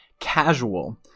casual